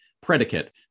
predicate